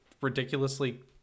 ridiculously